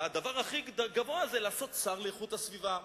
והדבר הכי גבוה זה למנות שר להגנת הסביבה,